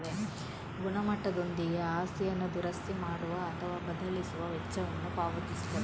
ಗುಣಮಟ್ಟದೊಂದಿಗೆ ಆಸ್ತಿಯನ್ನು ದುರಸ್ತಿ ಮಾಡುವ ಅಥವಾ ಬದಲಿಸುವ ವೆಚ್ಚವನ್ನು ಪಾವತಿಸುತ್ತದೆ